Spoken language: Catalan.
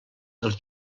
dels